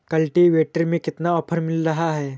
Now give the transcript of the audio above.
Cultivator में कितना offer मिल रहा है?